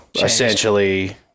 essentially